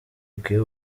ikwiye